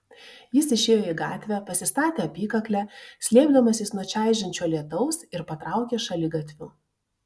jis išėjo į gatvę pasistatė apykaklę slėpdamasis nuo čaižančio lietaus ir patraukė šaligatviu